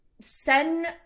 send